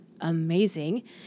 amazing